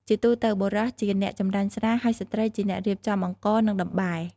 ជាទូទៅបុរសជាអ្នកចម្រាញ់ស្រា ហើយស្ត្រីជាអ្នករៀបចំអង្ករ និងដំបែ។